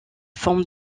forme